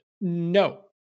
No